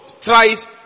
tries